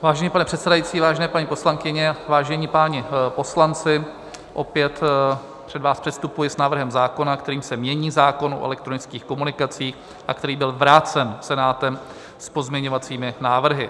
Vážený pane předsedající, vážené paní poslankyně, vážení páni poslanci, opět před vás předstupuji s návrhem zákona, kterým se mění zákon o elektronických komunikacích a který byl vrácen Senátem s pozměňovacími návrhy.